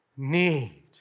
Need